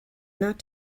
not